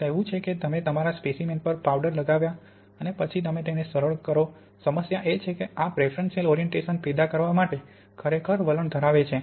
કહેવું છે કે તમે તમારા સ્પેસીમેન પર પાવડર લગાવ્યા અને પછી તમે તેને સરળ કરો સમસ્યા એ છે કે આ પ્રેફરન્શિયલ ઓરિએન્ટેશન પેદા કરવા માટે ખરેખર વલણ ધરાવે છે